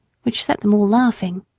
which set them all laughing.